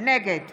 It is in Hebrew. נגד